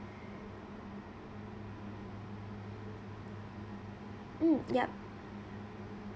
mm yup